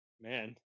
Man